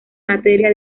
materia